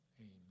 Amen